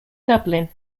dublin